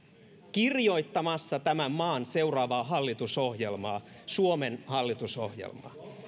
kirjoittamassa tämän maan seuraavaa hallitusohjelmaa suomen hallitusohjelmaa